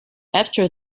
after